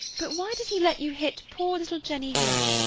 but why did he let you hit poor little jenny hill?